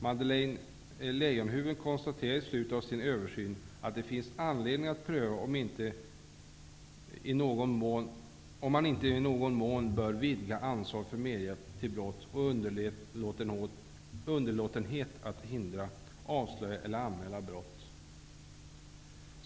Madeleine Leijonhufvud konstaterar i slutet av sin översyn att det finns anledning att pröva om man inte i någon mån bör vidga ansvaret för medhjälp till brott och underlåtenhet att hindra, avslöja eller anmäla brott.